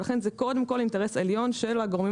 לכן זה קודם כל אינטרס עליון של הגורמים